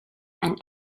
and